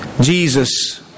Jesus